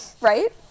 right